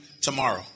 tomorrow